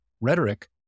rhetoric